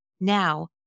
Now